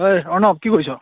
ঐ অৰ্ণৱ কি কৰিছ